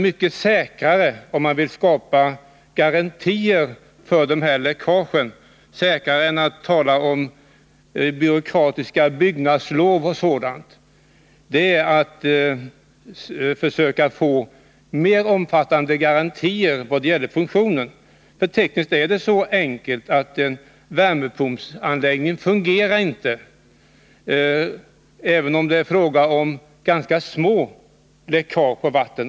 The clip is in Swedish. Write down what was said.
Det bästa om man vill skapa garantier mot dessa läckage — säkrare än att tala om byråkratiska byggnadslov osv. — är att försöka få mer omfattande garantier när det gäller funktionen. Tekniskt är det så enkelt att värmepumpsanläggningen inte fungerar vid vattenläckage, även om det är fråga om ganska små läckage.